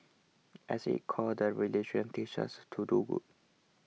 at its core the religion teaches to do good